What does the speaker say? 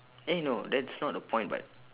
eh no that's not the point but